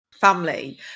family